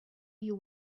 you